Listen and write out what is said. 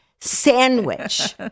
sandwich